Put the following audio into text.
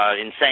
insane